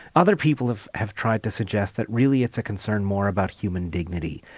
other people have have tried to suggest that really it's a concern more about human dignity,